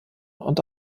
und